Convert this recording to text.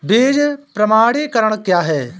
बीज प्रमाणीकरण क्या है?